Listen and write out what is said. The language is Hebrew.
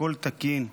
הכול תקין.